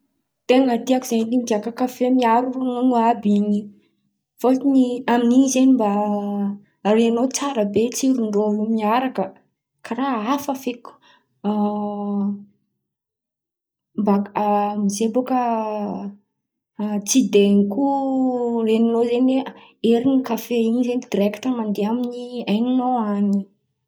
Ten̈a tiako zen̈y migiaka kafe miaro ronono àby in̈y. Fotony amin’in̈y zen̈y mba ren̈inô tsara be tsiron-drô miaraka karà hafa feky. Mba amy zay bôka tsy de koa ren̈inao zen̈y herin’ny kafe mandeha, amin’ny hen̈inao an̈y.